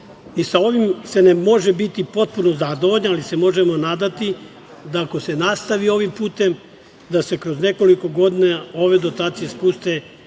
ovim se ne može biti potpuno zadovoljan, ali se možemo nadati da ako se nastavi ovim putem, da se kroz nekoliko godina ove dotacije spuste